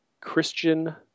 Christian